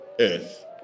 earth